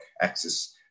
access